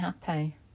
happy